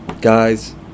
Guys